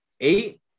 eight